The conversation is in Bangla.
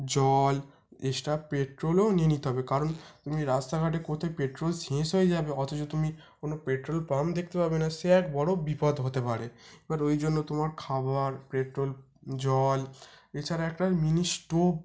জল এক্সট্রা পেট্রলও নিয়ে নিতে হবে কারণ তুমি রাস্তাঘাটে কোথায় পেট্রল শেষ হয়ে যাবে অথচ তুমি কোনো পেট্রল পাম্প দেখতে পাবে না সে এক বড় বিপদ হতে পারে এবার ওই জন্য তোমার খাবার পেট্রল জল এছাড়া একটা মিনি স্টোভ